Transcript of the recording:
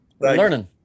learning